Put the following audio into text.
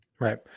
Right